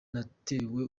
natewe